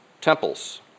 temples